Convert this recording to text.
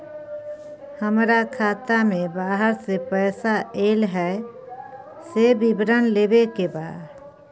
हमरा खाता में बाहर से पैसा ऐल है, से विवरण लेबे के बा?